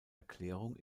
erklärung